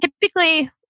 Typically